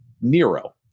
Nero